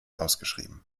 ausgeschrieben